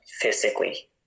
physically